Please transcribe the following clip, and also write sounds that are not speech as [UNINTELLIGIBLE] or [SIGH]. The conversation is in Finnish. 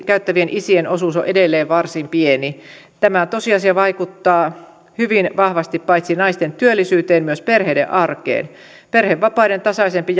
käyttävien isien osuus on edelleen varsin pieni tämä tosiasia vaikuttaa hyvin vahvasti paitsi naisten työllisyyteen myös perheiden arkeen perhevapaiden tasaisempi [UNINTELLIGIBLE]